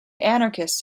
anarchists